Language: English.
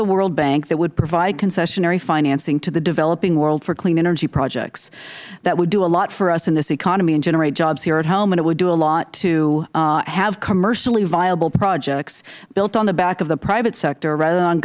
the world bank that would provide concessionary financing to the developing world for clean energy projects that would do a lot for us in this economy and generate jobs here at home and it would do a lot to have commercially viable projects built on the back of the private sector r